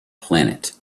planet